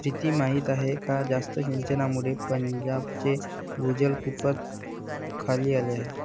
प्रीती माहीत आहे का जास्त सिंचनामुळे पंजाबचे भूजल खूपच खाली आले आहे